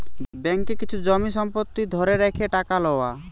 ব্যাঙ্ককে কিছু জমি সম্পত্তি ধরে রেখে টাকা লওয়া